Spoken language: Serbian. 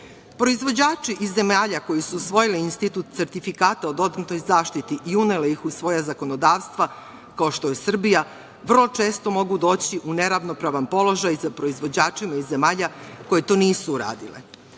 imali. Proizvođači iz zemalja koji su usvojili institut sertifikata o dodatnoj zaštiti i uneli ih u svoja zakonodavstva, kao što je Srbija, vrlo često mogu doći u neravnopravan položaj sa proizvođačima iz zemalja koje to nisu uradile.